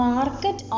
Market